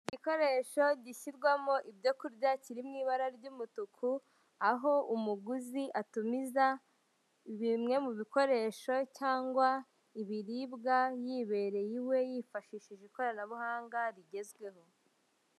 Igikoresho gishyirwamo ibyo kurya kiri mu ibara ry'umutuku aho umuguzi atumiza bimwe mu bikoresho cyangwa ibiribwa yibereye iwe yifashishije ikoranabuhanga rigezweho.